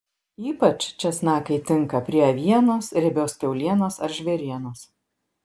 ypač česnakai tinka prie avienos riebios kiaulienos ar žvėrienos